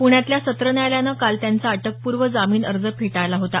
पृण्यातल्या सत्र न्यायालयानं काल त्यांचा अटकपूर्व जामीन अर्ज फेटाळला होता